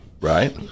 right